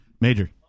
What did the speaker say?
Major